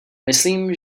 myslím